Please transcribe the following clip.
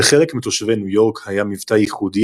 לחלק מתושבי ניו יורק היה מבטא ייחודי